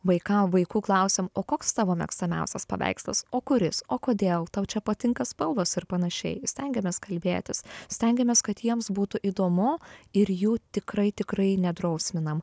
vaikam vaikų klausiam o koks tavo mėgstamiausias paveikslas o kuris o kodėl tau čia patinka spalvos ir panašiai stengiamės kalbėtis stengiamės kad jiems būtų įdomu ir jų tikrai tikrai nedrausminam